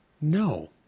No